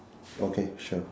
okay sure